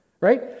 right